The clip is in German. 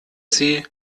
sie